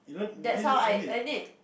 that's how I earn it